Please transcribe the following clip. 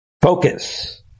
focus